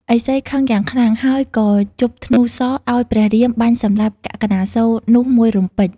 ឥសីខឹងយ៉ាងខ្លាំង ហើយក៏ជបធ្នូសរឱ្យព្រះរាមបាញ់សម្លាប់កាកនាសូរនោះមួយរំពេច។